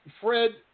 Fred